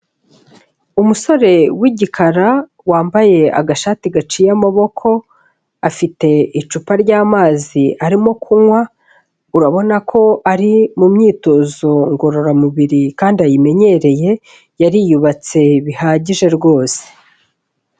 Umusore w'igikara wambaye agashati gaciye amaboko, afite icupa ry'amazi arimo kunywa, urabona ko ari mu myitozo ngororamubiri kandi ayimenyereye, yariyubatse bihagije rwose.